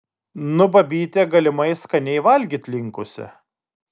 nu babytė galimai skaniai valgyt linkusi